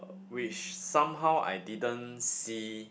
which somehow I didn't see